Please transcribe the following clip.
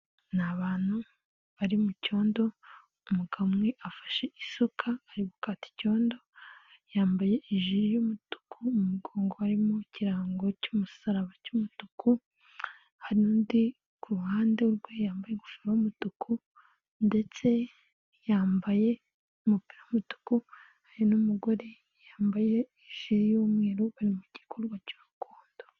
Ni abantu bari mu cyondo umugabo umwe afashe isuka ari gukata icyondo, yambaye ijiri y'umutuku mu mugongo harimo ikirango cy'umusaraba cy'umutuku, hari n'undi ku ruhande rwe yambaye ingofero y'umutuku ndetse yambaye umupira w'umutuku, n'umugore yambaye ijiri y'umweru bari mu gikorwa cy'urukundo.